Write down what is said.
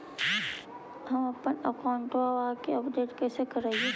हमपन अकाउंट वा के अपडेट कैसै करिअई?